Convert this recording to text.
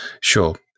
sure